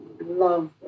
love